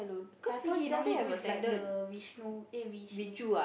I thought he normally do with like the Vishnu eh Vishnu